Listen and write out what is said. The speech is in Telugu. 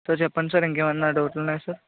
సో చెప్పండి సార్ ఇంకేమైనా డౌట్లు ఉన్నాయా సార్